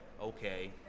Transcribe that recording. okay